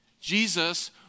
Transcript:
Jesus